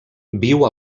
viu